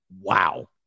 Wow